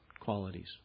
qualities